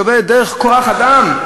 שעובדת דרך חברת כוח-אדם,